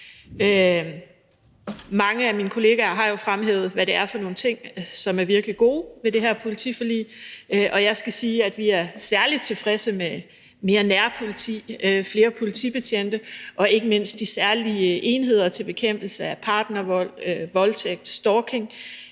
Mange af mine kolleger har jo fremhævet, hvad det er for nogle ting, som er virkelig gode ved det her politiforlig, og jeg skal sige, at vi er særlig tilfredse med mere nærpoliti, flere politibetjente og ikke mindst de særlige enheder til bekæmpelse af partnervold, voldtægt, stalking.